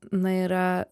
na yra